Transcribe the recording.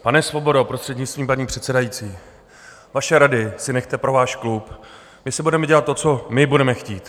Pane Svobodo, prostřednictvím paní předsedající, vaše rady si nechte pro váš klub, my si budeme dělat to, co my budete chtít.